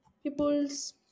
People's